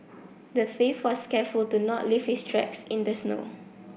the thief was careful to not leave his tracks in the snow